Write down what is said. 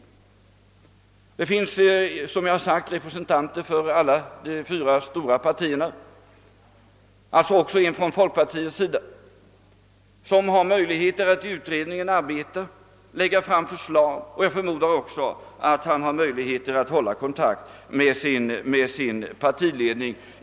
I denna finns, såsom jag påpekat, representanter för alla de fyra stora partierna, alltså även för folkpartiet, vilka har möjligheter att inom utredningen arbeta och lägga fram förslag. Jag förmodar att folkpartiets representant också har möjligheter att hålla kontakt med sin partiledning.